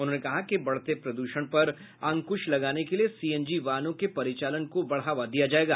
उन्होंने कहा कि बढ़ते प्रद्षण पर अंक्श लगाने के लिए सीएनजी वाहनों के परिचालन को बढ़ावा दिया जायेगा